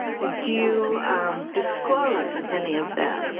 do you disclose any of that?